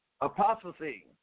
Apostasy